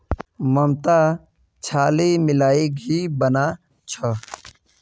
ममता छाली मिलइ घी बना छ